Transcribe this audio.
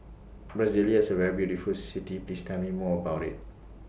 Brasilia IS A very beautiful City Please Tell Me More about IT